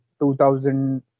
2000